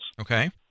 Okay